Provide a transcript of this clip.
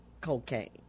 cocaine